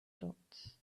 dots